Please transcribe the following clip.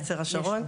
נצר השרון.